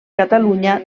catalunya